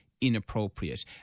inappropriate